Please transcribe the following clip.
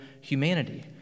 humanity